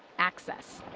access.